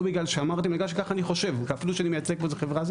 לא בגלל שאמרם אלא בגלל שכך אני חושב אפילו שאני מייצג פה איזה חברה,